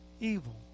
evil